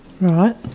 Right